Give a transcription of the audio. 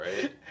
right